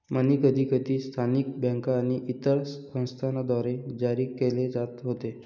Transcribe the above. मनी कधीकधी स्थानिक बँका आणि इतर संस्थांद्वारे जारी केले जात होते